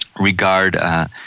regard